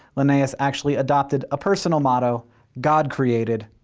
linneaus actually adopted a personal motto god created,